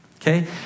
Okay